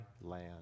land